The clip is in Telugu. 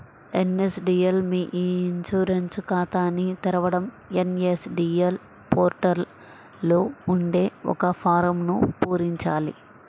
ఎన్.ఎస్.డి.ఎల్ మీ ఇ ఇన్సూరెన్స్ ఖాతాని తెరవడం ఎన్.ఎస్.డి.ఎల్ పోర్టల్ లో ఉండే ఒక ఫారమ్ను పూరించాలి